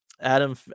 Adam